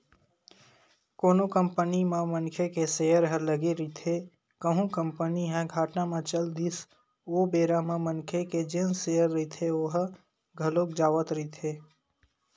कोनो कंपनी म मनखे के सेयर ह लगे रहिथे कहूं कंपनी ह घाटा म चल दिस ओ बेरा म मनखे के जेन सेयर रहिथे ओहा घलोक जावत रहिथे